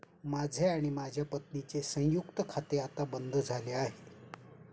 माझे आणि माझ्या पत्नीचे संयुक्त खाते आता बंद झाले आहे